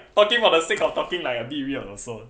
talking for the sake of talking like a bit weird also